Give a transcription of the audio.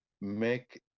make